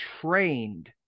trained